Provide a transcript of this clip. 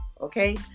Okay